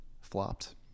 flopped